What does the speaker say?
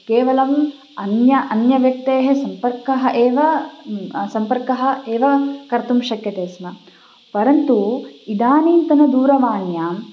केवलम् अन्यम् अन्यव्यक्तेः सम्पर्कः एव सम्पर्कः एव कर्तुं शक्यते स्म परन्तु इदानींतन दूरवाण्यां